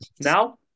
Now